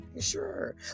Sure